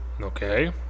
Okay